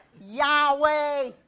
Yahweh